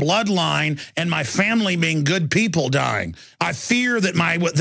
bloodline and my family being good people dying i fear that my with